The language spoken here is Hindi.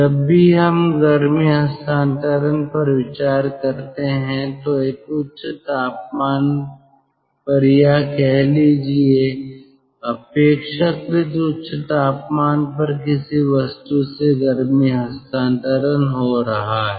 जब भी हम गर्मी हस्तांतरण पर विचार करते हैं तो एक उच्च तापमान पर या कह लीजिए अपेक्षाकृत उच्च तापमान पर किसी वस्तु से गर्मी हस्तांतरण हो रहा है